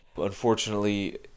Unfortunately